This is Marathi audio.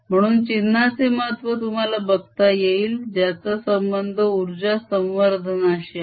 म्हणून चिन्हाचे महत्व तुम्हाला बघता येईल ज्याचा संबंध उर्जा संवर्धनाशी आहे